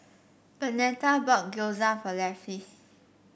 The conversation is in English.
Bernetta bought Gyoza for Lafe